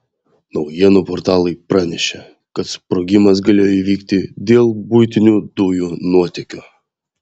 naujienų portalai pranešė kad sprogimas galėjo įvykti dėl buitinių dujų nuotėkio